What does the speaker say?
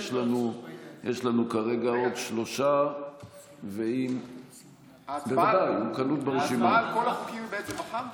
יש לנו כרגע עוד שלושה ואם --- ההצבעה על כל החוקים היא בעצם מחר?